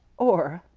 or,